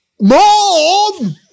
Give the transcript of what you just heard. Mom